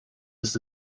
his